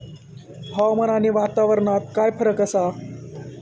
हवामान आणि वातावरणात काय फरक असा?